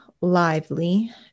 lively